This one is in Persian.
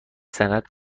صنعت